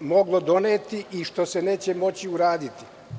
moglo doneti i što se neće moći uraditi.